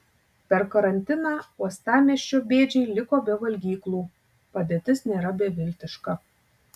per karantiną uostamiesčio bėdžiai liko be valgyklų padėtis nėra beviltiška